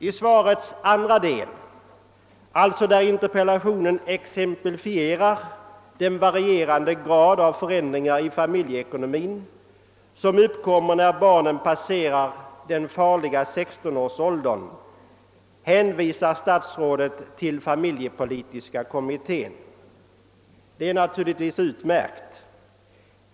I den del av svaret, där den varierande grad av förändringar i familjeekonomin som uppkommer när barnen passerar den farliga 16-årsåldern exemplifieras, hänvisar statsrådet till familjepolitiska kommittén. Det är naturligtvis utmärkt.